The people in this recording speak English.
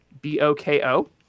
B-O-K-O